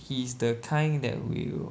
he's the kind that will